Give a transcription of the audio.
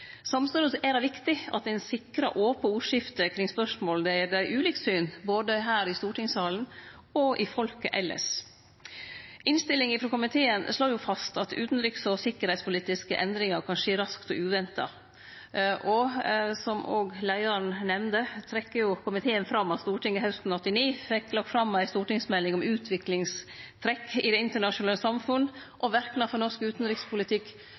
Samstundes er det viktig at ein sikrar eit ope ordskifte kring spørsmål der det er ulike syn, både her i stortingssalen og i folket elles. Innstillinga frå komiteen slår fast at utanriks- og sikkerheitspolitiske endringar kan skje raskt og uventa. Som leiaren òg nemnde, trekkjer komiteen fram at Stortinget hausten 1989 fekk lagt fram ei stortingsmelding om utviklingstrekk i det internasjonale samfunnet og verknader for norsk utanrikspolitikk,